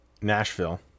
Nashville